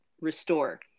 restore